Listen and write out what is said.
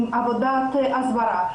עם עבודת הסברה,